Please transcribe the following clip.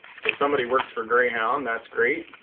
so somebody works for greyhound that's great